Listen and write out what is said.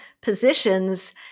positions